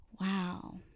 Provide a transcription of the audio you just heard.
wow